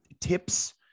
tips